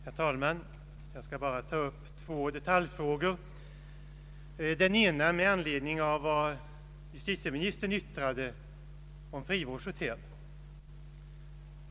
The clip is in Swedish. Herr talman! Jag skall endast ta upp två detaljfrågor — den ena med anledning av vad justitieministern yttrade om frivårdshotell.